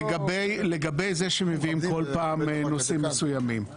לגבי זה שמביאים כל פעם נושאים מסוימים.